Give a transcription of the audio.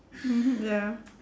ya